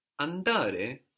Andare